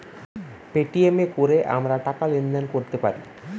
Paytm এ কোরে আমরা টাকা লেনদেন কোরতে পারি